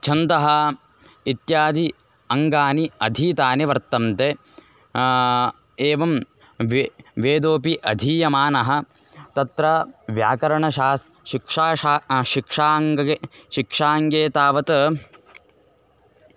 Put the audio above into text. छन्दः इत्यादि अङ्गानि अधीतानि वर्तन्ते एवं वे वेदोपि अधीयमानः तत्र व्याकरणशास् शिक्षाशा शिक्षाङ्गे शिक्षाङ्गे तावत्